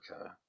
Okay